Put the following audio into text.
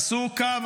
עשו קו,